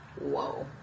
Whoa